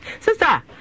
sister